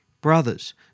Brothers